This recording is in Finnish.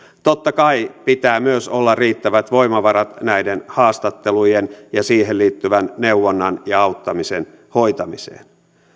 totta kai pitää myös olla riittävät voimavarat näiden haastattelujen ja siihen liittyvän neuvonnan ja auttamisen hoitamiseen